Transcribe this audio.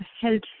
health